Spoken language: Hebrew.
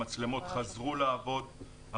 המצלמות חזרו לעבוד.